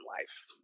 life